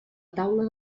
taula